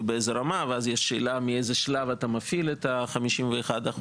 ואז עולה השאלה מאיזה שלב מפעילים את העניין של ה-51%